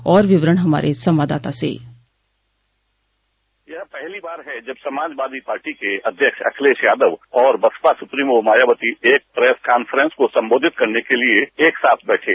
और विवरण हमारे संवाददाता से यह पहली बार है जब समाजवादी पार्टी के अध्यक्ष अखिलेश यादव और बसपा सुप्रीमो मायावती एक प्रेस कॉन्फ्रेंस को संबोधित करने के लिए एक साथ बैठे